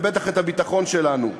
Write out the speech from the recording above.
ובטח את הביטחון שלנו.